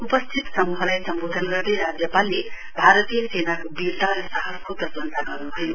उपस्थित समूहलाई सम्बोधन गर्दै राज्यपालले भारतीय सेनाको बीरता र साहसको प्रशंसा गर्नुभयो